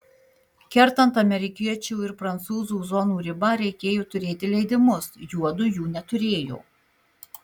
kertant amerikiečių ir prancūzų zonų ribą reikėjo turėti leidimus juodu jų neturėjo